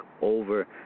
over